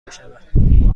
بشود